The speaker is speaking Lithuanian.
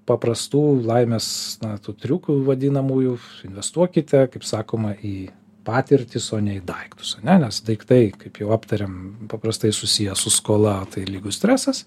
paprastų laimės na tų triukų vadinamųjų investuokite kaip sakoma į patirtis o ne į daiktus ane nes daiktai kaip jau aptarėm paprastai susiję su skola tai lygu stresas